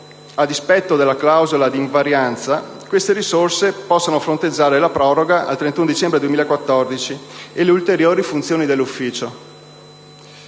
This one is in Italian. a dispetto della clausola di invarianza, queste risorse possano fronteggiare la proroga al 31 dicembre 2014 e le ulteriori funzioni dell'ufficio.